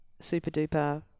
super-duper